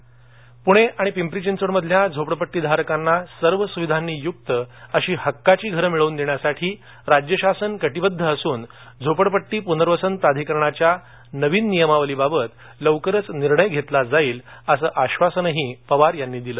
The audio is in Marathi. पूणे आणि पिंपरी चिंचवडमधल्या झोपडपट्टीधारकांना सर्व सुविधांनी युक्त अशी हक्काची घरं मिळवून देण्यासाठी राज्य शासन कटिबद्ध असून झोपडपट्टी पुनर्वसन प्राधिकरणाच्या नवीन नियमावलीबाबत लवकरच निर्णय घेतला जाईल असं आश्वासनही पवार यांनी दिलं